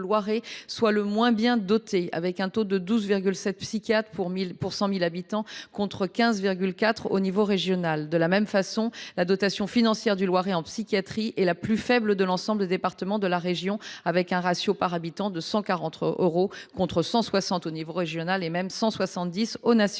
est le moins bien doté, avec un taux 12,7 psychiatres pour 100 000 habitants, contre 15,4 au niveau régional. Parallèlement, la dotation financière du Loiret en psychiatrie est la plus faible de l’ensemble des départements de la région, avec un ratio par habitant de 140 euros, contre 160 euros au niveau régional et même 170 euros